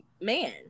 man